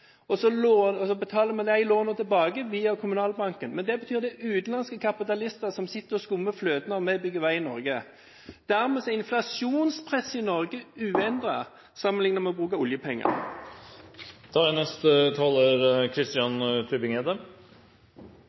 og så betaler vi de lånene tilbake via Kommunalbanken. Men det betyr at det er utenlandske kapitalister som sitter og skummer fløten når vi bygger vei i Norge. Dermed er inflasjonspresset i Norge uendret sammenlignet med å bruke oljepenger.